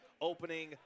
opening